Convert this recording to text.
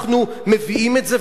אנחנו מביאים את זה,